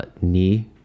knee